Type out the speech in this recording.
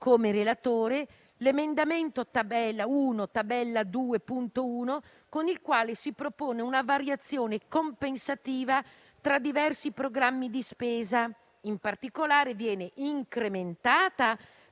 presento l'emendamento 1.Tab.2.1, con il quale si propone una variazione compensativa tra diversi programmi di spesa. In particolare, viene incrementata